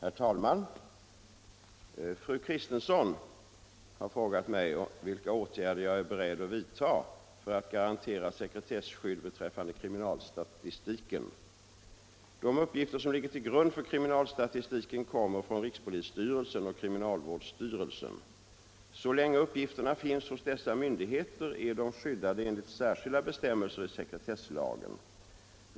Herr talman! Fru Kristensson har frågat mig vilka åtgärder jag är beredd att vidta för att garantera sekretesskydd beträffande kriminalstatistiken. De uppgifter som ligger till grund för kriminalstatistiken kommer från rikspolisstyrelsen och kriminalvårdsstyrelsen. Så länge uppgifterna finns hos dessa myndigheter är de skyddade enligt särskilda bestämmelser i sekretesslagen.